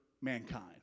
mankind